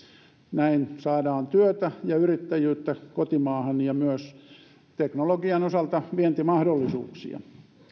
näin saadaan työtä ja yrittäjyyttä kotimaahan ja myös teknologian osalta vientimahdollisuuksia